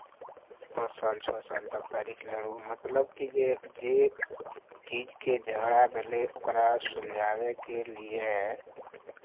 पाँच साल छओ साल तक तारीख लड़ू मतलब कि जे जाहि चीजके झगड़ा भेलै ओकरा सुलझाबैके लिए